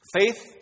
Faith